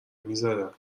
میزدم